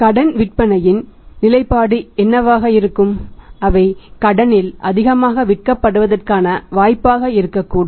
கடன் விற்பனையின் நிலைப்பாடு என்னவாக இருக்கும் அவை கடனில் அதிகமாக விற்கப்படுவதற்கான வாய்ப்பாக இருக்கக்கூடும்